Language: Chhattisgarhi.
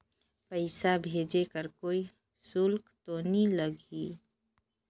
पइसा भेज कर कोई शुल्क तो नी लगही?